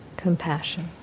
Compassion